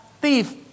thief